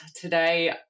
Today